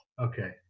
Okay